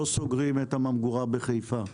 לא סוגרים את הממגורה בחיפה.